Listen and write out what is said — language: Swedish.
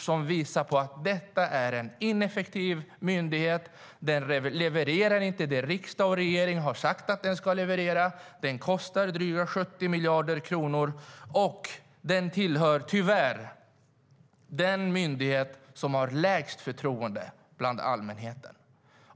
som visar på att det är en ineffektiv myndighet som inte levererar det riksdag och regering har sagt att den ska leverera? Den kostar dryga 70 miljarder kronor, och den hör tyvärr till de myndigheter som åtnjuter lägst förtroende bland allmänheten.